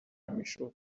میشد